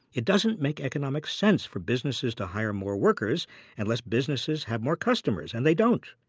it doesn't make economic sense for businesses to hire more workers unless businesses have more customers. and they don't.